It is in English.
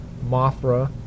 Mothra